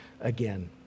again